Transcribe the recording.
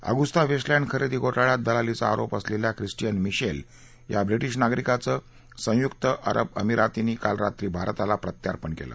Agusta Westland खरेदी घोटाळ्यात दलालीचा आरोप असलेल्या खिस्टीयन मिशेल या ब्रिटीश नागरिकाचं संयुक्त अरब अमिरातीनं काल रात्री भारताला प्रत्यर्पण केलं